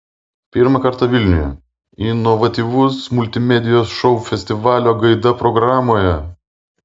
pirmą kartą vilniuje inovatyvus multimedijos šou festivalio gaida programoje